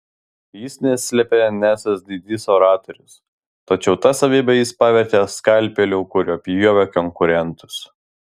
jis neslėpė nesąs didis oratorius tačiau tą savybę jis pavertė skalpeliu kuriuo pjovė konkurentus